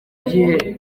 gihe